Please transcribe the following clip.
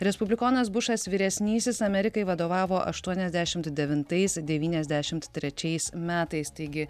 respublikonas bušas vyresnysis amerikai vadovavo aštuoniasdešimt devintais devyniasdešimt trečiais metais taigi